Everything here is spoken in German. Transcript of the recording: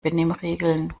benimmregeln